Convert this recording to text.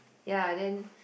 ya then